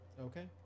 Okay